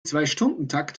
zweistundentakt